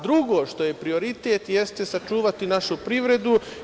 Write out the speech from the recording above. Drugo što je prioritet, jeste sačuvati našu privredu.